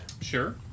Sure